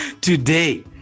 Today